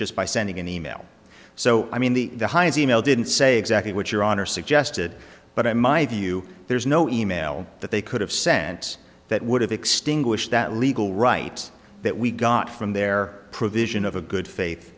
just by sending an e mail so i mean the highest e mail didn't say exactly what your honor suggested but i my view there's no e mail that they could have sent that would have extinguished that legal rights that we got from their provision of a good faith